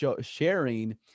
sharing